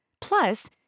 Plus